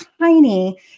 tiny